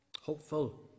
Hopeful